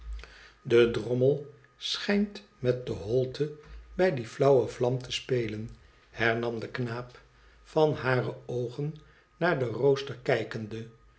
de drommel schijnt met de holte bij die flauwe vlam te spelen hernam de knaap van hare oogen naar den rooster kijkende